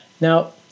Now